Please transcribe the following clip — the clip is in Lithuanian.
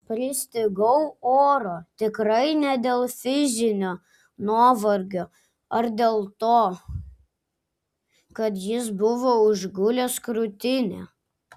pristigau oro tikrai ne dėl fizinio nuovargio ar dėl to kad jis buvo užgulęs krūtinę